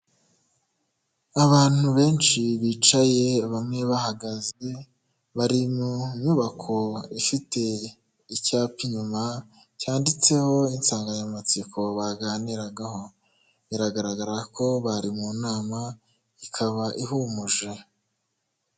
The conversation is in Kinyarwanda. Abantu benshi bicaye bamwe bahagaze, bari mu nyubako ifite icyapa inyuma cyanditseho insanganyamatsiko baganiragaho, biragaragara ko bari mu nama ikaba ihumuje.